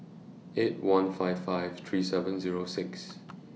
eight one five five three seven Zero six